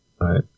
Right